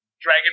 Dragon